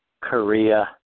Korea